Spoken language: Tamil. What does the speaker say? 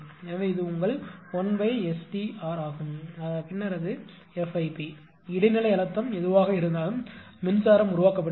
எனவே இது உங்கள் 1ST r ஆகும் பின்னர் அது F IP இடைநிலை அழுத்தம் எதுவாக இருந்தாலும் மின்சாரம் உருவாக்கப்படுகிறது